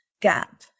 gap